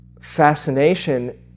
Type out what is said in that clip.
fascination